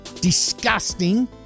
disgusting